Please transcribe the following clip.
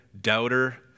doubter